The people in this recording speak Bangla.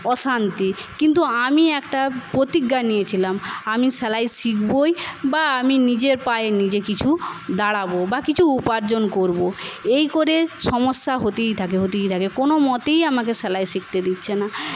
অশান্তি কিন্তু আমি একটা প্রতিজ্ঞা নিয়েছিলাম আমি সেলাই শিখবই বা আমি নিজের পায়ে নিজে কিছু দাঁড়াবো বা কিছু উপার্জন করবো এই করে সমস্যা হতেই থাকে হতেই থাকে কোনো মতেই আমাকে সেলাই শিখতে দিচ্ছে না